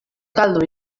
caldo